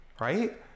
right